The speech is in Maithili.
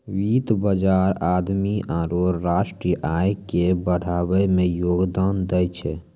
वित्त बजार आदमी आरु राष्ट्रीय आय के बढ़ाबै मे योगदान दै छै